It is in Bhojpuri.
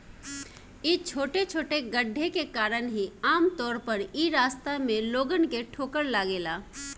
इ छोटे छोटे गड्ढे के कारण ही आमतौर पर इ रास्ता में लोगन के ठोकर लागेला